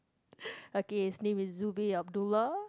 okay his name is Zubi Abdullah